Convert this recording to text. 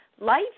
life